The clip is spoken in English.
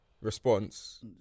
response